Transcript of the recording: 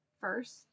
First